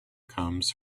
comes